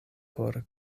por